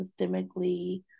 systemically